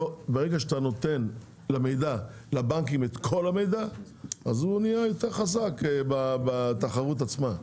ברגע שאתה נותן לבנקים את כל המידע אז הוא נהיה יותר חזק בתחרות עצמה.